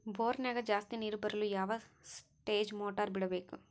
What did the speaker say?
ಬೋರಿನ್ಯಾಗ ಜಾಸ್ತಿ ನೇರು ಬರಲು ಯಾವ ಸ್ಟೇಜ್ ಮೋಟಾರ್ ಬಿಡಬೇಕು?